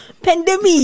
pandemic